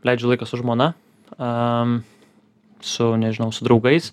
leidžiu laiką su žmona aaa su nežinau su draugais